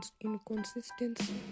inconsistency